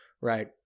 right